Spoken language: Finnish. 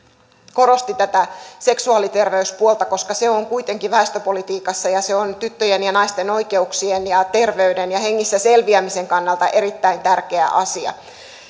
korosti tätä seksuaaliterveyspuolta koska se on kuitenkin väestöpolitiikassa sekä tyttöjen ja naisten oikeuksien ja terveyden ja hengissä selviämisen kannalta erittäin tärkeä asia